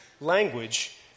language